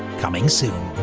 coming soon.